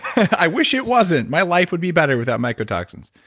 i wish it wasn't. my life would be better without mycotoxins,